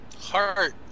heart